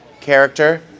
character